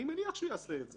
אני מניח שהוא יעשה את זה.